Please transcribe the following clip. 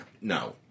no